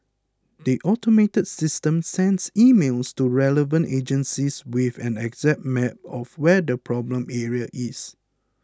the automated system sends emails to relevant agencies with an exact map of where the problem area is